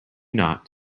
not